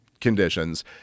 conditions